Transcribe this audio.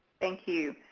thank you.